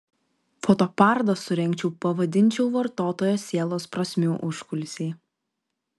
fotoparodą surengčiau pavadinčiau vartotojo sielos prasmių užkulisiai